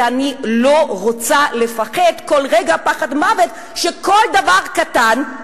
ואני לא רוצה לפחד כל רגע פחד מוות שכל דבר קטן,